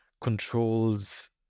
controls